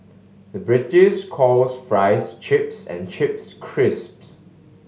the British calls fries chips and chips crisps